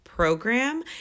program